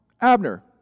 Abner